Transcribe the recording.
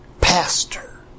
pastor